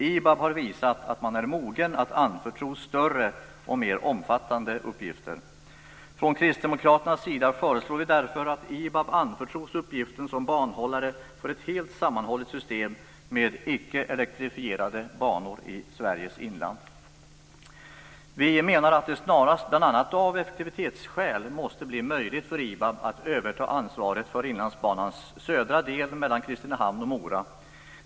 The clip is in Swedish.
IBAB har visat att man är mogen att anförtros större och mer omfattande uppgifter. Från Kristdemokraternas sida föreslår vi därför att IBAB anförtros uppgiften som banhållare för ett helt sammanhållet system med icke-elektrifierade banor i Sveriges inland. Vi menar att det snarast, bl.a. av effektivitetsskäl, måste bli möjligt för IBAB att överta ansvaret för Inlandsbanans södra del mellan Kristinehamn och Mora.